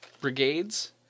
brigades